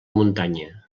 muntanya